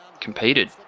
competed